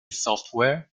software